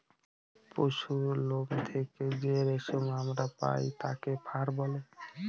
পশুরলোম থেকে যে রেশম আমরা পায় তাকে ফার বলে